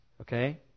Okay